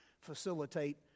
facilitate